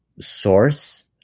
source